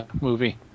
movie